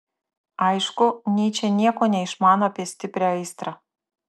aišku nyčė nieko neišmano apie stiprią aistrą